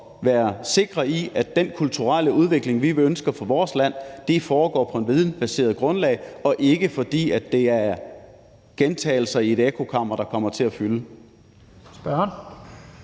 at sikre os, at den kulturelle udvikling, vi ønsker for vores land, foregår på et vidensbaseret grundlag, og at det ikke er gentagelser i et ekkokammer, der kommer til at fylde. Kl.